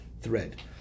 thread